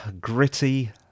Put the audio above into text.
gritty